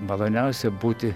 maloniausia būti